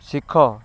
ଶିଖ